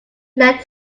led